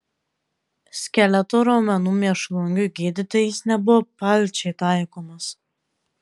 skeleto raumenų mėšlungiui gydyti jis nebuvo palčiai taikomas